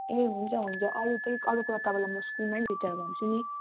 ए हुन्छ हुन्छ अरू चाहिँ अरू कुरा तपाईँलाई म स्कुलमै भेटेर भन्छु नि